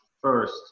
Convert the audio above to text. First